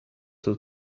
his